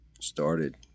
started